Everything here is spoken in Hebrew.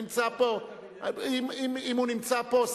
נמצא פה אם הוא נמצא פה,